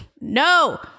No